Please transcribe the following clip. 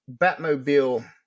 Batmobile